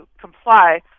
comply